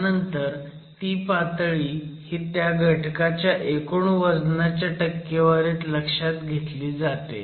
त्यानंतर ती पातळी ही त्या घटकाच्या एकूण वजनाच्या टक्केवारीत लक्षात घेतली जाते